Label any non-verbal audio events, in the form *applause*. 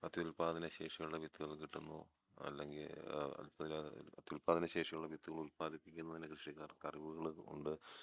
അത്യുൽപ്പാദന ശേഷിയുള്ള വിത്തുകൾ കിട്ടുന്നു അല്ലെങ്കിൽ *unintelligible* അത്യുൽപ്പാദന ശേഷിയുള്ള വിത്തുകൾ ഉൽപാദിപ്പിക്കുന്നതിന് കൃഷിക്കാർക്ക് അറിവുകളും ഉണ്ട്